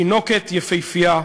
תינוקת יפהפייה,